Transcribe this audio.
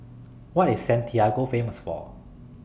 What IS Santiago Famous For